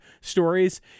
stories